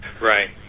Right